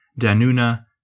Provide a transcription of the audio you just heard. Danuna